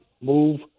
move